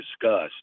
discussed